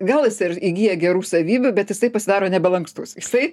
gal jis ir įgyja gerų savybių bet jisai pasidaro nebelankstus jisai